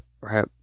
right